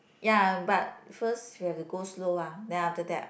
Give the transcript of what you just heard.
ya but first you have to go slow ah then after that